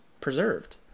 preserved